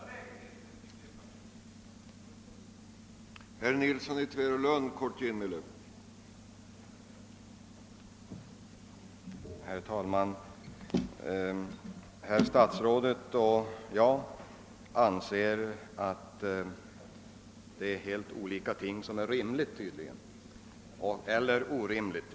Herr statsrådet och jag har tydligen helt olika uppfattningar om vad som är rimligt eller orimligt beträffande behovet av en långsiktig planering.